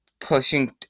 pushing